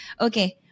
Okay